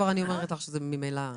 אני כבר אומרת שזה ממילא יהיה.